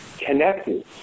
connected